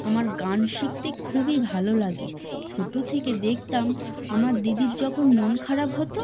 আমার গান শিখতে খুবই ভালো লাগে ছোটো থেকে দেখতাম আমার দিদির যখন মন খারাপ হতো